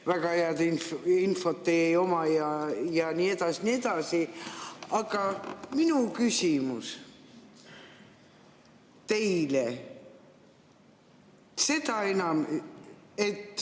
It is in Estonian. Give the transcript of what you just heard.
väga head infot ei oma, ja nii edasi ja nii edasi. Aga minu küsimus teile on selline,